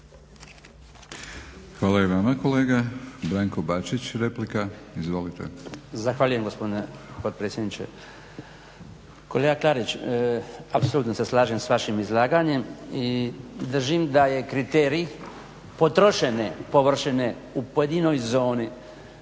Hvala i vama kolega. Branko Bačić replika, izvolite. **Bačić, Branko (HDZ)** Zahvaljujem gospodine potpredsjedniče. Kolega Klarić, apsolutno se slažem s vašim izlaganjem i držim da je kriterij potrošene površine u pojedinoj zoni